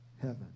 heaven